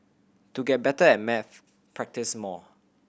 to get better at maths practise more